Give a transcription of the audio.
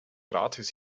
rates